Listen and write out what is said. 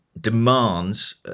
demands